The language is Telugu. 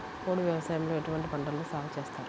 పోడు వ్యవసాయంలో ఎటువంటి పంటలను సాగుచేస్తారు?